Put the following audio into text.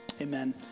Amen